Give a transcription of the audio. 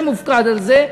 שמופקד על זה,